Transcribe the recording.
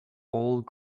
old